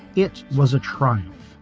it was a triumph,